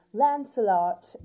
lancelot